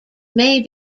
may